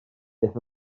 fyth